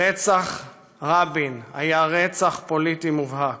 רצח רבין היה רצח פוליטי מובהק.